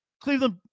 Cleveland –